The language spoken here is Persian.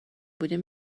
بودیم